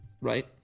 Right